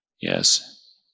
yes